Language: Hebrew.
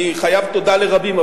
אני חייב תודה לרבים,